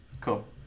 Cool